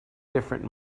different